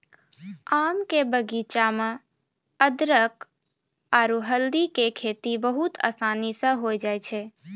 आम के बगीचा मॅ अदरख आरो हल्दी के खेती बहुत आसानी स होय जाय छै